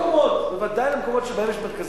לכל המקומות,